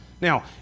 Now